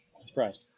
surprised